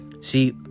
See